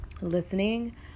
listening